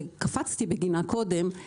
שקפצתי בגינה קודם,